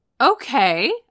Okay